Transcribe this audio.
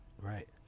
Right